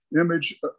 image